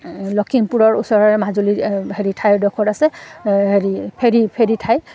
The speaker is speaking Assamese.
লখিমপুৰৰ ওচৰৰে মাজুলী হেৰি ঠাই এডখৰ আছে হেৰি ফেৰি ফেৰি ঠাইত